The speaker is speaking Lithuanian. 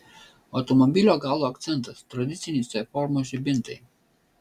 automobilio galo akcentas tradiciniai c formos žibintai